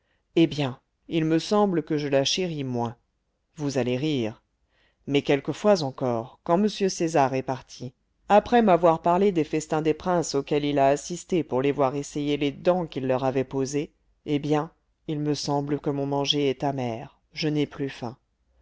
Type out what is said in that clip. eh bien il me semble que je la chéris moins vous allez rire mais quelquefois encore quand m césar est parti après m'avoir parlé des festins des princes auxquels il a assisté pour les voir essayer les dents qu'il leur avait posées eh bien il me semble que mon manger est amer je n'ai plus faim